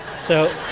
so